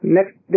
Next